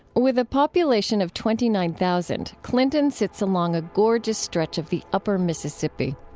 with a population of twenty nine thousand, clinton sits along a gorgeous stretch of the upper mississippi.